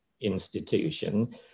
institution